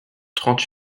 trente